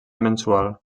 mensual